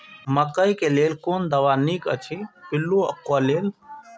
मकैय लेल कोन दवा निक अछि पिल्लू क लेल?